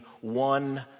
one